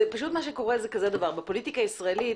מה שקורה זה שבפוליטיקה הישראלית,